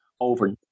over –